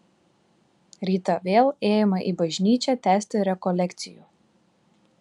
rytą vėl ėjome į bažnyčią tęsti rekolekcijų